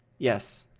yes,